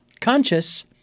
conscious